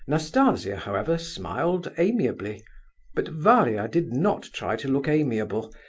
nastasia, however, smiled amiably but varia did not try to look amiable,